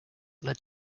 led